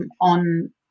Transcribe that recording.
on